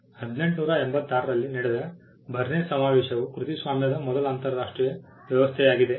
1886 ರಲ್ಲಿ ನಡೆದ ಬರ್ನ್ ಸಮಾವೇಶವು ಕೃತಿಸ್ವಾಮ್ಯದ ಮೊದಲ ಅಂತರರಾಷ್ಟ್ರೀಯ ವ್ಯವಸ್ಥೆಯಾಗಿದೆ